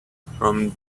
from